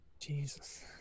Jesus